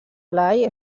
blai